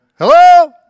Hello